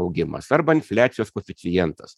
augimas arba infliacijos koeficientas